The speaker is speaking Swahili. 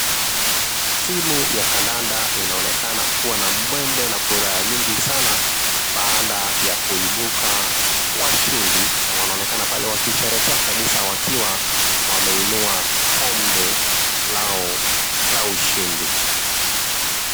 Timu ya kandanda inaonekana kuwa na mbwembwe na furaha nyingi sana baada ya kuibuka washindi na wanaonekana pale wakisherehekea kabisa wakiwa wameinua kombe lao la ushindi.